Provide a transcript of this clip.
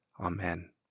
amen